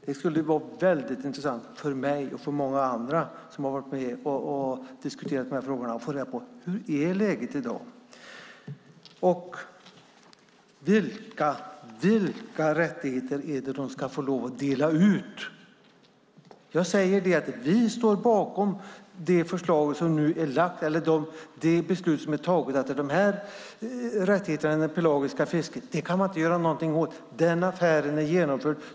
Det skulle vara intressant för mig och för många andra som har varit med och diskuterat dessa frågor att få veta hur läget är i dag. Vilka rättigheter ska man få lov att dela ut? Vi står bakom det beslut som är taget. Rättigheterna till det pelagiska fisket kan man inte göra något åt; den affären är genomförd.